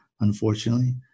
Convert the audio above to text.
unfortunately